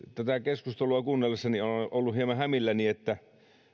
tätä keskustelua kuunnellessani olen ollut hieman hämilläni että